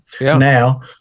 now